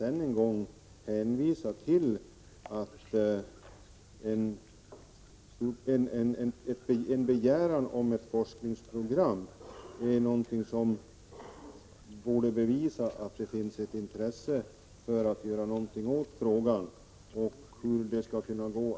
För dagen har jag ingen anledning att diskutera lokaliseringsfrågan utan jag hänvisar än en gång till den begäran utskottet gjort om ett forskningsprogram.